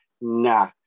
nah